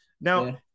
Now